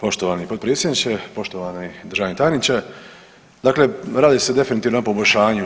Poštovani potpredsjedniče, poštovani državni tajniče, dakle radi se definitivno o jednom poboljšanju.